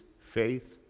faith